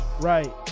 Right